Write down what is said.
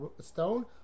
stone